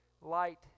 light